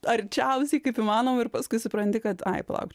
arčiausiai kaip įmanoma ir paskui supranti kad ai palauk